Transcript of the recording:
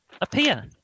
appear